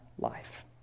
life